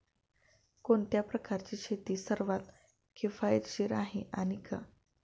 कोणत्या प्रकारची शेती सर्वात किफायतशीर आहे आणि का?